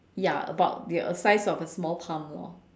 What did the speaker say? ya about the w~ size of a small palm lor